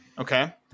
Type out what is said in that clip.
Okay